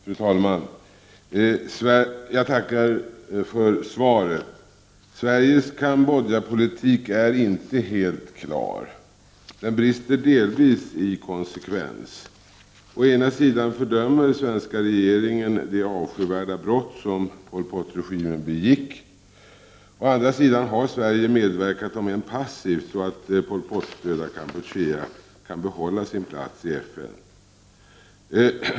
Fru talman! Jag tackar för svaret. Sveriges Kambodjapolitik är inte helt klar. Den brister delvis i konsekvens. Å ena sidan fördömer svenska regeringen de avskyvärda brott, som Pol Pot-regimen begick. Å andra sidan har Sverige medverkat, om än passivt, så att Pol Pot-stödda Kampuchea kan behålla sin plats i FN.